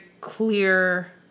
clear